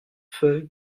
feuilles